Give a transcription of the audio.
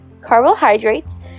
carbohydrates